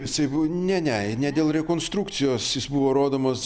jisai ne ne ne dėl rekonstrukcijos jis buvo rodomas